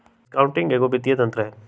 discounting एगो वित्तीय तंत्र हइ